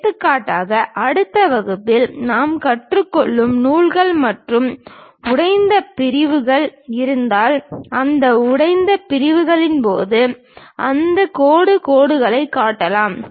எடுத்துக்காட்டாக அடுத்த வகுப்பில் நாம் கற்றுக் கொள்ளும் நூல்கள் மற்றும் உடைந்த பிரிவுகள் இருந்தால் அந்த உடைந்த பிரிவுகளின் போது அந்த கோடு கோடுகளைக் காட்டலாம்